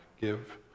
give